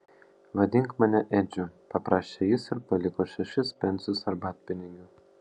vadink mane edžiu paprašė jis ir paliko šešis pensus arbatpinigių